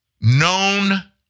known